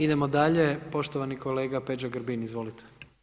Idemo dalje, poštovani kolega Peđa Grbin, izvolite.